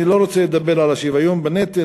אני לא רוצה לדבר על השוויון בנטל,